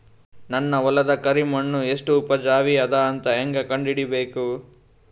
ನನ್ನ ಹೊಲದ ಕರಿ ಮಣ್ಣು ಎಷ್ಟು ಉಪಜಾವಿ ಅದ ಅಂತ ಹೇಂಗ ಕಂಡ ಹಿಡಿಬೇಕು?